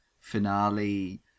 finale